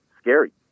scary